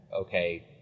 okay